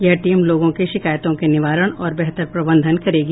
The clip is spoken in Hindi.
यह टीम लोगों की शिकायतों के निवारण और बेहतर प्रबंधन करेगी